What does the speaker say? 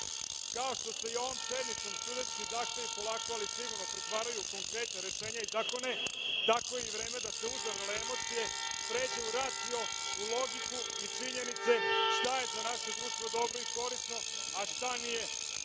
što se i ovom sednicom studentski zahtevi polako, ali sigurno pretvaraju u konkretna rešenja i zakone, tako je i vreme da uzavrele emocije pređu u racio, u logiku i činjenice šta je po naše društvo dobro i korisno, a šta nije.